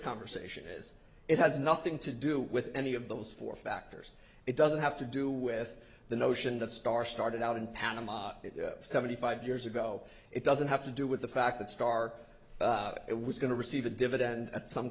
conversation is it has nothing to do with any of those four factors it doesn't have to do with the notion that star started out in panama seventy five years ago it doesn't have to do with the fact that star it was going to receive a dividend at some